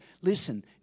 listen